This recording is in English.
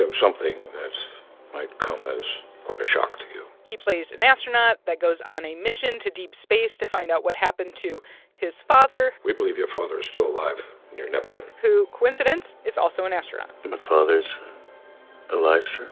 something that might come as quite a shock to you he plays an astronaut that goes on a mission to deep space to find out what happened to his father. we believe your father is still alive near neptune. who coincidence is also an astronaut my father's alive, sir?